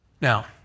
Now